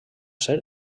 ser